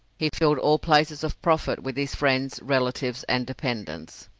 he filled all places of profit with his friends, relatives, and dependents.